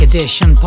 Edition